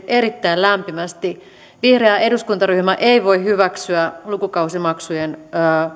erittäin lämpimästi vihreä eduskuntaryhmä ei voi hyväksyä lukukausimaksujen